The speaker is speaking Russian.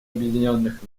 объединенных